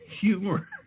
humor